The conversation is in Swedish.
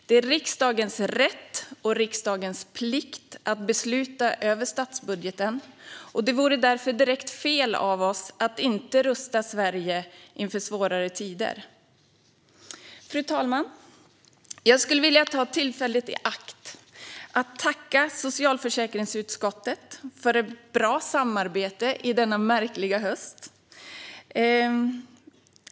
Det är riksdagens rätt och riksdagens plikt att besluta över statsbudgeten, och det vore därför direkt fel av oss att inte rusta Sverige inför svårare tider. Fru talman! Jag skulle vilja ta tillfället i akt att tacka socialförsäkringsutskottet för ett bra samarbete under denna märkliga höst.